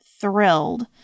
thrilled